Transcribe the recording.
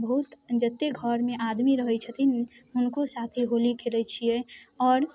बहुत जतेक घरमे आदमी रहै छथिन हुनको साथे होली खेलै छिए आओर